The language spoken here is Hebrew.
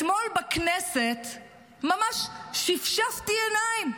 אתמול בכנסת ממש שפשפתי עיניים.